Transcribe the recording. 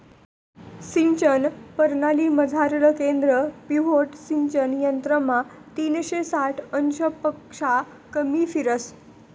सिंचन परणालीमझारलं केंद्र पिव्होट सिंचन यंत्रमा तीनशे साठ अंशपक्शा कमी फिरस